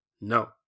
No